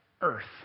earth